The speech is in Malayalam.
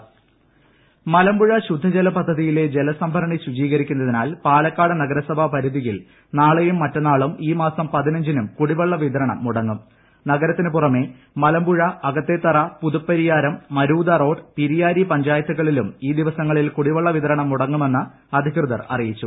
കുടിവെള്ള വിതരണം മലമ്പുഴ ശുദ്ധജല പദ്ധതിയിലെ ജലസംഭരണി ശുചീകരിക്കുന്നതിനാൽ പാലക്കാട് നഗരസഭാ പരിധിയിൽ നാളെയും മറ്റന്നാളും ഈ മാസം പതിനഞ്ചിനും കുടിവെള്ള വിതരണം മുടങ്ങും നഗരത്തിന് പുറമെ മലമ്പുഴ അകത്തെ തറ പുതുപ്പരിയാരം മരൂത റോഡ് പിരായിരി പഞ്ചായത്തുകളിലും ഈ ദിവസങ്ങളിൽ കുടിവെള്ള വിതരണം മുടങ്ങുമെന്ന് അധികൃതർ അറിയിച്ചു